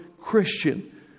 Christian